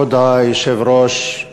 כבוד היושב-ראש,